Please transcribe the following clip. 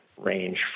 range